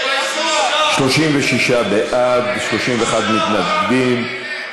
36 בעד, 31 מתנגדים.